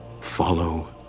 Follow